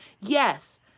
Yes